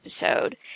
episode